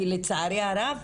כי לצערי הרב,